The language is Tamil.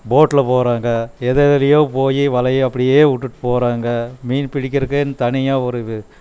போட்டில் போகிறாங்க எது எதுலேயோ போய் வலையை அப்படியே விட்டுட்டு போகிறாங்க மீன் பிடிக்கிறதுக்கு தனியாக ஒரு